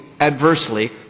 adversely